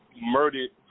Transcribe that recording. murdered